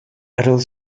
adult